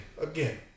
Again